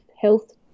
health